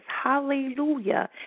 hallelujah